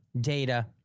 data